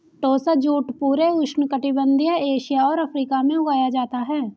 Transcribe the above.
टोसा jute पूरे उष्णकटिबंधीय Asia और अफ्रीका में उगाया जाता है